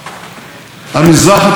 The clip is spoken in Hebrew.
אבל בניווט אחראי,